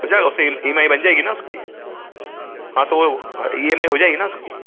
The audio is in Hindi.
हो जाएगा और फिर ई ईम आई बन जाएगी ना उसकी हाँ तो वो हाँ ई एम आई हो जाएगी ना उसकी